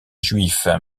juif